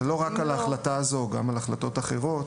ולא רק על ההחלטה הזו; גם על החלטות אחרות.